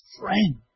friend